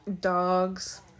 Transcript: Dogs